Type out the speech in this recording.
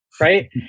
right